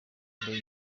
njye